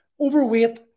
overweight